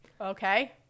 Okay